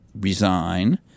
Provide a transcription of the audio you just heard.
resign